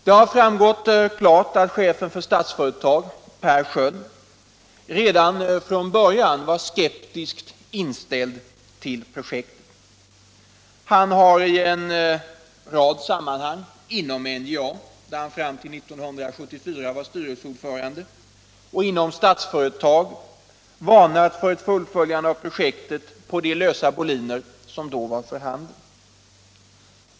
Det har framgått klart att chefen för Statsföretag, Per Sköld, redan från början var skeptiskt inställd till projektet. Han har i en rad sammanhang inom NJA, där han fram till 1974 var styrelseordförande, och inom Statsföretag varnat för ett fullföljande av projektet på de lösa boliner som var för handen.